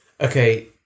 Okay